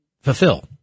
fulfill